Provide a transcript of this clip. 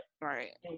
Right